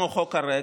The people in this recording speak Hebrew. למה הוא חוק על ריק?